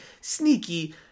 sneaky